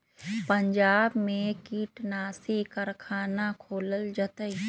पंजाब में कीटनाशी कारखाना खोलल जतई